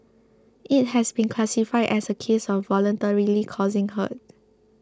it has been classified as a case of voluntarily causing hurt